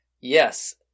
Yes